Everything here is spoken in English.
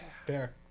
Fair